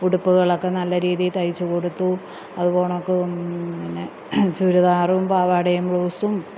ഉടുപ്പുകളൊക്കെ നല്ല രീതിയിൽ തയിച്ച് കൊടുത്തു അതുപോലെ പിന്നെ ചുരിദാറും പാവാടയും ബ്ലൗസും